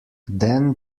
then